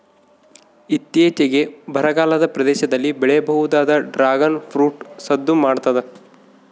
ಇತ್ತೀಚಿಗೆ ಬರಗಾಲದ ಪ್ರದೇಶದಲ್ಲಿ ಬೆಳೆಯಬಹುದಾದ ಡ್ರಾಗುನ್ ಫ್ರೂಟ್ ಸದ್ದು ಮಾಡ್ತಾದ